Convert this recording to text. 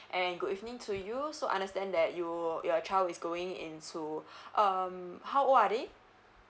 and good evening to you so understand that you your child is going into um how old are they